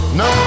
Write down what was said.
no